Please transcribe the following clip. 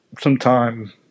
sometime